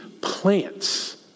plants